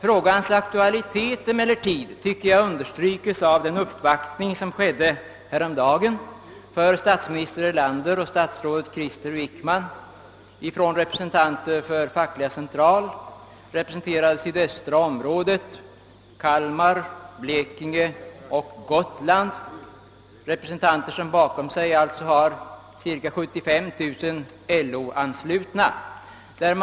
Jag tycker emellertid att frågans aktualitet understrykes av den uppvaktning som som gjordes häromdagen för statsminister Erlander och statsrådet Krister Wickman av representanter för Fackliga centralorganisationen inom sydöstra området, d.v.s. Kalmar, Blekinge och Gotlands län, som bakom sig har cirka 75 000 LO-anslutna medlemmar.